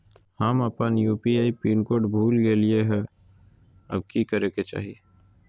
हम अपन यू.पी.आई के पिन कोड भूल गेलिये हई, अब की करे के चाही?